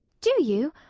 do you?